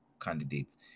candidates